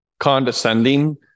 Condescending